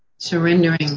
Surrendering